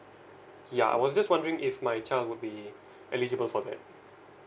yeah I was just wondering if my child would be eligible for that